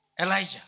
Elijah